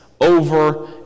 over